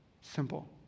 simple